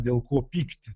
dėl ko pykti